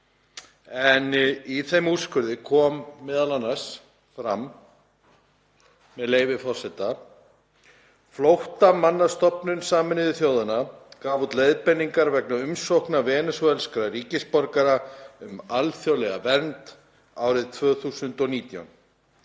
Í þeim úrskurði kom m.a. fram, með leyfi forseta: „Flóttamannastofnun Sameinuðu þjóðanna gaf út leiðbeiningar vegna umsókna venesúelskra ríkisborgara um alþjóðlega vernd árið 2019.